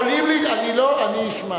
יכולים, אני אשמע.